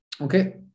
okay